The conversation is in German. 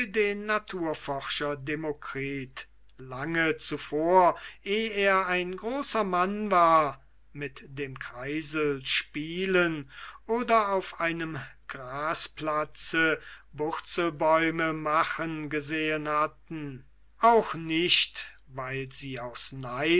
den naturforscher demokritus lange zuvor eh er ein großer mann war mit dem kreisel spielen oder auf einem grasplatze burzelbäume machen gesehen hatten auch nicht weil sie aus